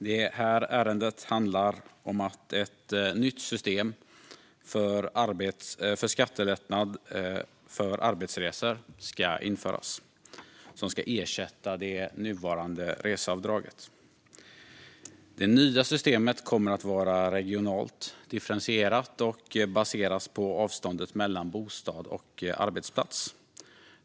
Fru talman! Det här ärendet handlar om att ett nytt system med skattelättnad för arbetsresor ska införas och ersätta det nuvarande reseavdraget. Det nya systemet kommer att vara regionalt differentierat och baseras på avståndet mellan bostad och arbetsplats.